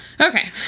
Okay